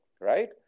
Right